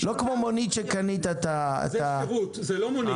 זה לא מונית.